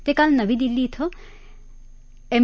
ते काल नवी दिल्ली कें एम